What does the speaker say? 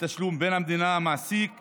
בתשלום בין המדינה, המעסיק והעובד.